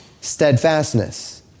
steadfastness